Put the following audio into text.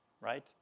right